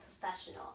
professional